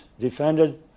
defended